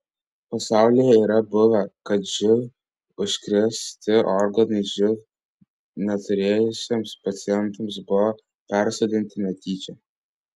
pasaulyje yra buvę kad živ užkrėsti organai živ neturėjusiems pacientams buvo persodinti netyčia